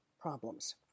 problems